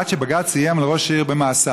עד שבג"ץ איים על ראש העיר במאסר.